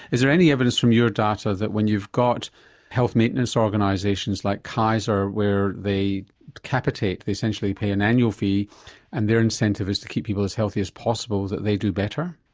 is there any evidence from your data that when you've got health maintenance organisations like kaiser, where they decapitate, they essentially pay an annual fee and their incentive is to keep people as healthy as possible that they do better?